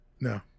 No